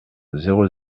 zéro